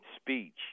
speech